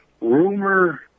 rumor